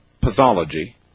pathology